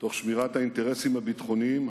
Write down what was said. תוך שמירת האינטרסים הביטחוניים,